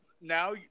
now